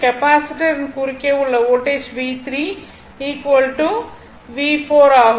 கெப்பாசிட்டரின் குறுக்கே உள்ள வோல்டேஜ் V3 Vc ஆகும்